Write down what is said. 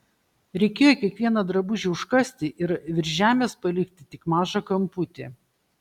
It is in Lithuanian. reikėjo kiekvieną drabužį užkasti ir virš žemės palikti tik mažą kamputį